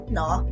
no